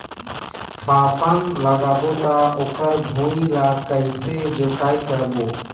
फाफण लगाबो ता ओकर भुईं ला कइसे जोताई करबो?